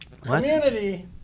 community